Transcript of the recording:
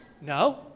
No